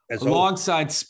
alongside